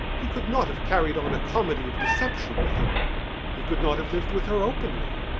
he could not have carried on a comedy of deception with her he could not have lived with her openly.